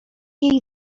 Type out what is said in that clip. jej